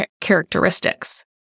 characteristics